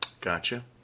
Gotcha